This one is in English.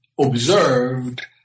observed